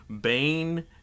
Bane